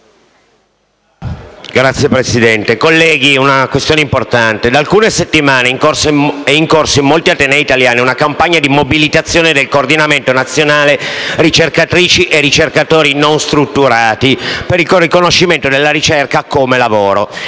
Signor Presidente, colleghi, pongo una questione importante. Da alcune settimane è in corso in molti atenei italiani una campagna di mobilitazione del Coordinamento nazionale ricercatori e ricercatrici non strutturati per il riconoscimento della ricerca come lavoro.